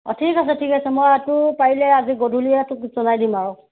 অঁ ঠিক আছে ঠিক আছে মই তোক পাৰিলে আজি গধূলি জনাই দিম আৰু